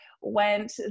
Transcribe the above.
went